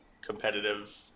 competitive